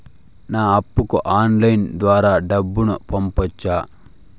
నా అప్పుకి ఆన్లైన్ ద్వారా డబ్బును పంపొచ్చా